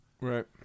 right